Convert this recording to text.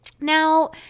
Now